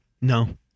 No